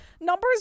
Numbers